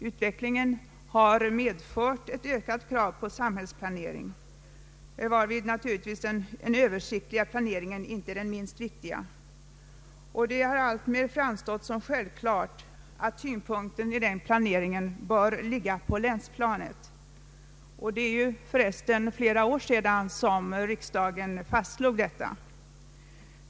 Utvecklingen har medfört ett ökat krav på samhällsplanering, varvid naturligtvis översiktlig planering inte är minst viktig, och det har alltmer framstått som självklart att tyngdpunkten i den planeringen bör ligga på länsplanet. Det är förresten flera år sedan riksdagen fastslog detta.